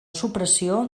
supressió